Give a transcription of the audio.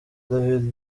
david